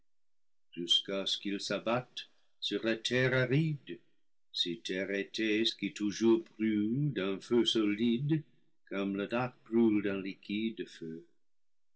jusqu'à ce qu'il s'abatte sur la terre aride si terre était ce qui toujours brûle d'un feu solide comme le lac brûle d'un liquide feu